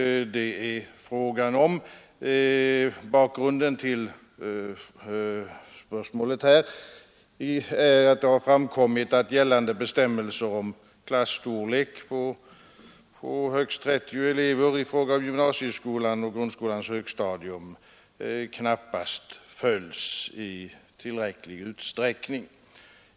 Bakgrunden till spörsmålet är att det har framkommit att bestämmelsen om klasstorlek på högst 30 elever inom gymnasieskolan och grundskolans högstadium knappast följs i tillräcklig utsträckning.